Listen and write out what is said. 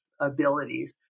abilities